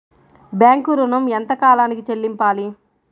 Bank ఋణం ఎంత కాలానికి చెల్లింపాలి?